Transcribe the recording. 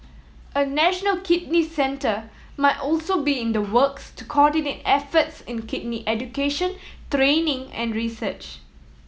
a national kidney centre might also be in the works to coordinate efforts in kidney education training and research